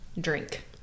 drink